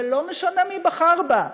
ולא משנה מי בחר בה,